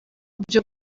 byo